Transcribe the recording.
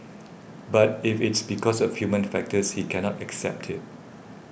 but if it's because of human factors he cannot accept it